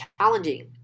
challenging